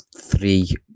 three